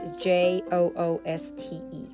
J-O-O-S-T-E